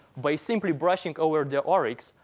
by simply brushing over the oryx,